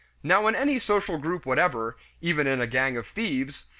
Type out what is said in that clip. now in any social group whatever, even in a gang of thieves,